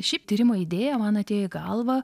šiaip tyrimo idėja man atėjo į galvą